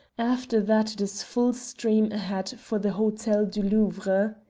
after that it is full steam ahead for the hotel du louvre.